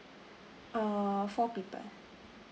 err four people